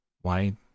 Why